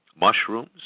mushrooms